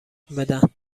بدن